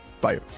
Bye